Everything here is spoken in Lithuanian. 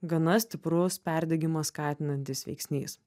gana stiprus perdegimą skatinantis veiksnys